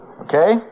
Okay